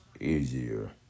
easier